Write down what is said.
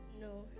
No